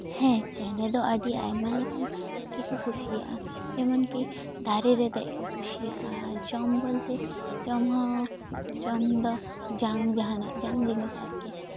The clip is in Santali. ᱦᱮᱸ ᱪᱮᱬᱮ ᱫᱚ ᱟᱹᱰᱤ ᱟᱭᱢᱟ ᱞᱮᱠᱟᱱ ᱜᱮᱠᱚ ᱠᱩᱥᱤᱭᱟᱜᱼᱟ ᱡᱮᱢᱚᱱᱠᱤ ᱫᱟᱨᱮ ᱨᱮ ᱫᱮᱡ ᱠᱚ ᱠᱩᱥᱤᱭᱟᱜᱼᱟ ᱟᱨ ᱡᱚᱢ ᱵᱚᱞᱛᱮ ᱡᱚᱢ ᱦᱚᱸ ᱡᱚᱢ ᱫᱚ ᱡᱟᱝ ᱡᱟᱦᱟᱸᱱᱟᱜ ᱡᱟᱝ ᱡᱤᱱᱤᱥ ᱟᱨᱠᱤ